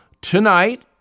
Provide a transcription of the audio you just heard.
tonight